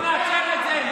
לא נאפשר את זה,